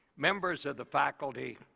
members of the faculty,